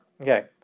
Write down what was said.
Okay